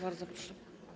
Bardzo proszę.